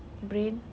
brain